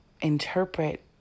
interpret